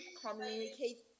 communicate